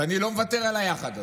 ואני לא מוותר על היחד הזה,